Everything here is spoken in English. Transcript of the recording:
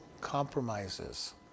compromises